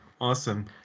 awesome